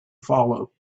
follow